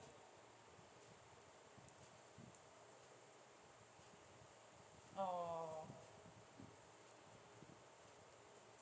orh